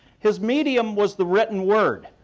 his medium was the written word,